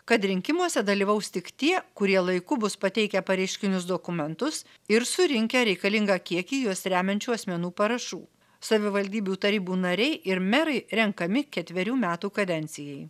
kad rinkimuose dalyvaus tik tie kurie laiku bus pateikę pareiškinius dokumentus ir surinkę reikalingą kiekį juos remiančių asmenų parašų savivaldybių tarybų nariai ir merai renkami ketverių metų kadencijai